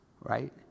right